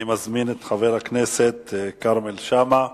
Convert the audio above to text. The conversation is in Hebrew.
אני מזמין את חבר הכנסת כרמל שאמה.